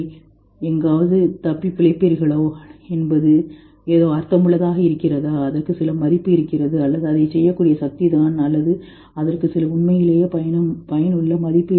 நீங்கள் எங்காவது தப்பிப்பிழைப்பீர்களா என்பது ஏதோ அர்த்தமுள்ளதாக இருக்கிறதா அதற்கு சில மதிப்பு இருக்கிறது அல்லது அதைச் செய்யக்கூடிய சக்திதான் அல்லது அதற்கு சில உண்மையிலேயே பயனுள்ள மதிப்பு இருக்கிறது